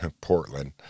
portland